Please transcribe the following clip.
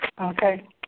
Okay